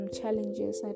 challenges